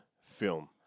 film